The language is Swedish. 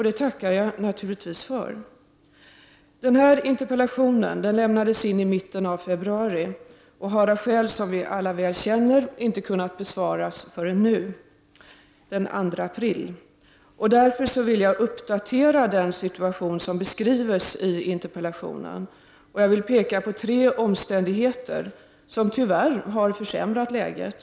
Det tackar jag naturligtvis för. Interpellationen lämnades in i mitten av februari, och den har av skäl som vi alla känner väl till inte kunnat besvaras förrän nu den 2 april. Jag vill därför uppdatera den situation som beskrivs i interpellationen, och jag vill peka på tre omständigheter som tyvärr har försämrat läget.